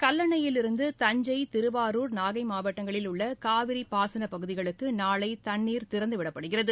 கல்லணையிலிருந்து தஞ்சை திருவாரூர் நாகை மாவட்டங்களில் உள்ள காவிரி பாசன பகுதிகளுக்கு நாளை தண்ணீர் திறந்துவிடப்படுகிறது